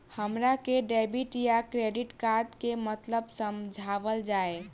हमरा के डेबिट या क्रेडिट कार्ड के मतलब समझावल जाय?